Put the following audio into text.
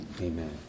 Amen